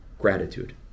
Gratitude